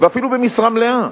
ואפילו במשרה מלאה,